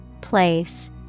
Place